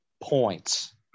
points